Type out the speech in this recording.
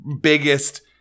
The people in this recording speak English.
biggest